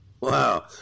Wow